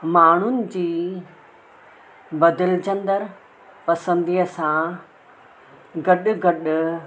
माण्हूअ जी बदलजंदड़ पसंदीअ सां गॾु गॾु